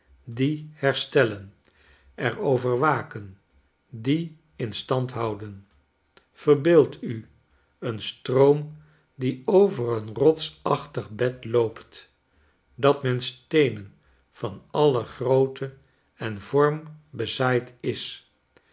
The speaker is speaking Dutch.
dien herstellen er over waken dien in stand houden yerbeeld u een stroom die over een rotsachtig bed loopt dat met steenen van alle grootte en vorm bezaaid is